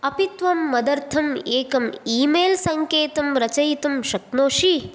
अपि त्वं मदर्थम् एकम् ई मेल् सङ्केतं रचयितुं शक्नोषि